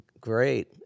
great